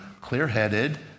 clear-headed